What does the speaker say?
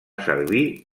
servir